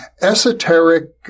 esoteric